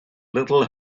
little